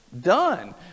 Done